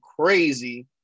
crazy